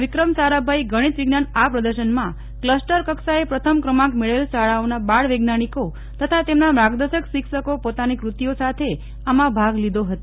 વિક્રમ સારાભાઈ ગણિત વિજ્ઞાન આ પ્રદર્શનમાં ક્લસ્ટર કક્ષાએ પ્રથમ ક્રમાંક મેળવેલ શાળાઓના બાળ વૈજ્ઞાનિકો તથા તેમના માર્ગદર્શક શિક્ષકો પોતાની કૃતિઓ સાથે આમાં ભાગ લીધો હતો